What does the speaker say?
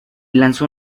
lanzó